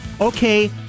Okay